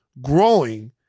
growing